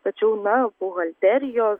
tačiau na buhalterijos